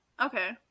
Okay